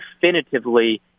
definitively